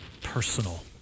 personal